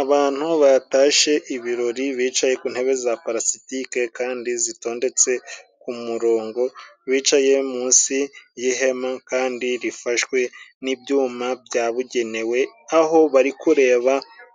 Abantu batashe ibirori bicaye ku ntebe za parasitike kandi zitondetse ku murongo, bicaye munsi y'ihema kandi rifashwe n'ibyuma byabugenewe, aho bari kureba